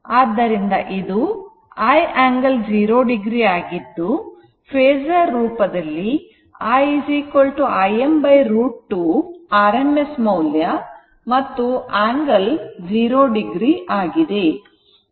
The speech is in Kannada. ಆದ್ದರಿಂದ ಇದು i angle 0 o ಆಗಿದ್ದು ಫೇಸರ್ ರೂಪದಲ್ಲಿ i Im √ 2 rms ಮೌಲ್ಯ ಮತ್ತು angle 0 o ಆಗಿದೆ